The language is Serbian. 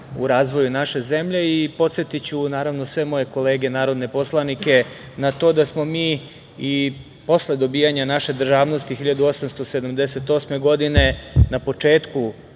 u razvoju naše zemlje i podsetiću naravno sve moje kolege, narodne poslanike na to da smo mi i posle dobijanja naše državnosti 1878. godine, na početku